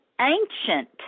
ancient